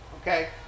Okay